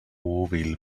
will